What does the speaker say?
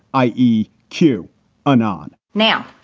i e. que anon now,